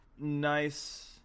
nice